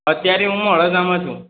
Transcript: અત્યારે હું વડોદરામાં છું